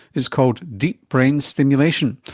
it's called deep brain stimulation.